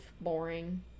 boring